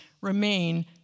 remain